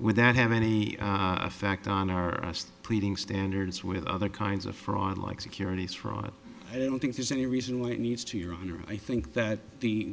with that have any effect on our pleading standards with other kinds of for on like securities fraud and i don't think there's any reason why it needs to your honor i think that the